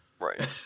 right